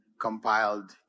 compiled